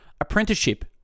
Apprenticeship